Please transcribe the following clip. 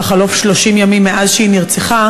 בחלוף 30 ימים מאז נרצחה.